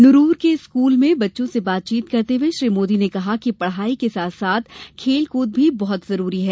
नरूर के एक स्कूल में बच्चों से बातचीत करते हुए श्री मोदी ने कहा कि पढ़ाई के साथ साथ खेलकूद भी बहुत जरूरी है